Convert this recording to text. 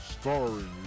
Starring